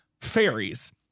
Fairies